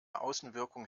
außenwirkung